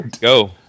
Go